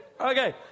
Okay